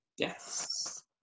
Yes